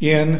in